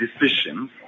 decisions